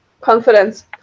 Confidence